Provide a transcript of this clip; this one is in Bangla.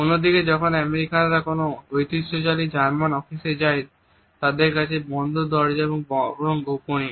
অন্যদিকে যখন আমেরিকানরা কোন ঐতিহ্যশালী জার্মান অফিসে যায় তাদের কাছে বন্ধ দরজা বরং গোপনীয়